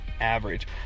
average